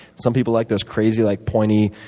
some people like those crazy, like pointy,